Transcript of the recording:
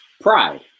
pride